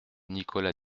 nicolas